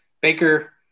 Baker